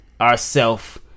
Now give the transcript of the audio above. ourself